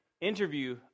interview